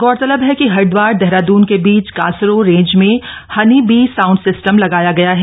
गौरतलब है कि हरिद्वार देहरादून के बीच कांसरो रेंज में हनी बी साउंड सिस्टम लगाया गया है